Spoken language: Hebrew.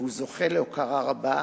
והוא זוכה להוקרה רבה,